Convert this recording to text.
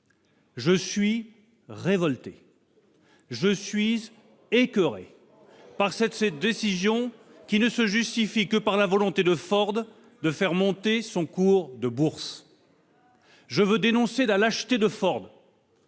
Je suis révolté, je suis écoeuré par cette décision, qui ne se justifie que par la volonté de Ford de faire monter son cours de bourse. Je veux dénoncer la lâcheté de Ford,